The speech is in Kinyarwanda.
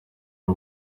ari